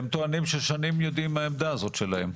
הם טוענים ששנים יודעים מהעמדה הזאת שלהם.